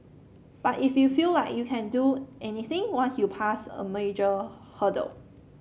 but if you feel like you can do anything once you passed a major hurdle